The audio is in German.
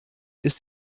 ist